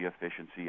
efficiency